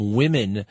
women